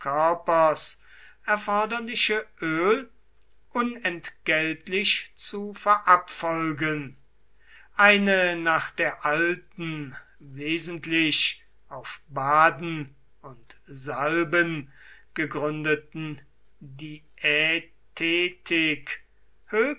erforderliche öl unentgeltlich zu verabfolgen eine nach der alten wesentlich auf baden und salben gegründeten